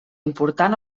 important